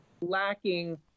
lacking